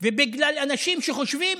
ובגלל אנשים שחושבים